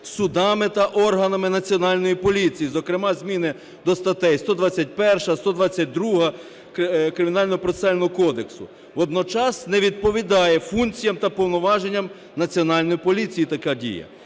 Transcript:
судами та органами Національної поліції, зокрема зміни до статей 121, 122 Кримінально-процесуального кодексу. Водночас не відповідає функціям та повноваженням Національної поліції така дія.